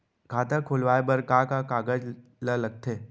खाता खोलवाये बर का का कागज ल लगथे?